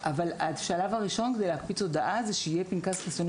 השלב הראשון של הקפצת הודעה הוא שיהיה פנקס חיסונים